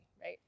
right